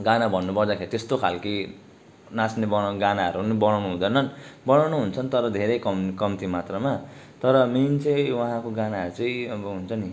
गाना भन्नुपर्दाखेरि त्यस्तो खालके नाच्ने बनाउने गानाहरू पनि बनाउनु हुँदैन बनाउनुहुन्छ तर धेरै कम् कम्ती मात्रामा तर मेन चाहिँ उहाँको गानाहरू चाहिँ अब हुन्छ नि